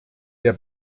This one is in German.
der